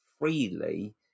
freely